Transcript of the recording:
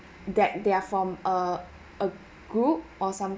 that they are form err a group or some